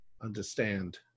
understand